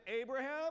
Abraham